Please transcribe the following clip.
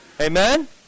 Amen